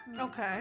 Okay